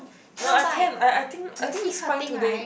no I can't I I think I think is fine today